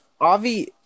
Avi